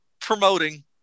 promoting